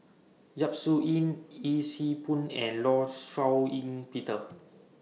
Yap Su Yin Yee Siew Pun and law Shau Ying Peter